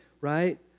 right